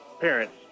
parents